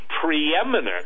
preeminent